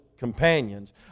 Companions